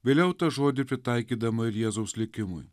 vėliau tą žodį pritaikydama ir jėzaus likimui